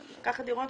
לקחת דירות